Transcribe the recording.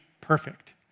perfect